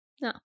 no